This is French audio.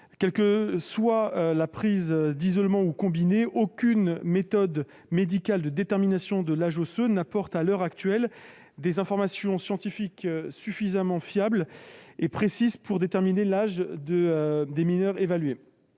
Qu'elle soit prise isolément ou combinée, aucune méthode médicale de détermination de l'âge osseux n'apporte, à l'heure actuelle, des informations scientifiques suffisamment fiables et précises pour déterminer l'âge des mineurs évalués.